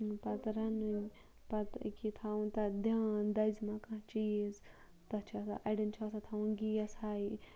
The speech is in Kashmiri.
پَتہٕ رَنٕنۍ پَتہٕ اکیاہ یہِ تھاوُن تَتھ دھیان دَزِ مہَ کانٛہہ چیٖز تَتھ چھُ آسان اَڈٮ۪ن چھُ آسان تھاوُن گیس ہاے